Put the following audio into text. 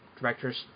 directors